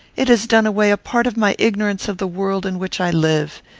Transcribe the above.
it has done away a part of my ignorance of the world in which i live.